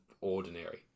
ordinary